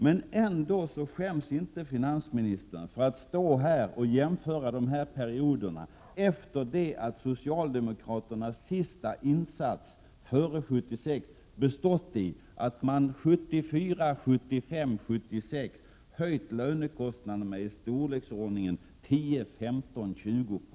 Men finansministern skäms inte över att stå här och jämföra de olika perioderna — trots att socialdemokraternas sista insats före 1976 bestod i att man höjde lönekostnaderna 1974, 1975 och 1976 med i storleksordningen 10—20 26.